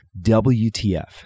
WTF